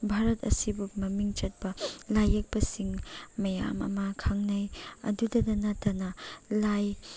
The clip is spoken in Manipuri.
ꯚꯥꯔꯠ ꯑꯁꯤꯕꯨ ꯃꯃꯤꯡ ꯆꯠꯄ ꯂꯥꯏꯌꯦꯛꯄꯁꯤꯡ ꯃꯌꯥꯝ ꯑꯃ ꯈꯪꯅꯩ ꯑꯗꯨꯗꯇ ꯅꯠꯇꯅ ꯂꯥꯏ